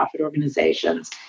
organizations